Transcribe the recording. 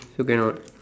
so cannot